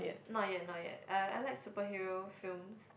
not yet not yet uh I like superhero films